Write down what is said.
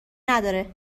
نداره